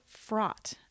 fraught